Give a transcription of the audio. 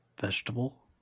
Vegetable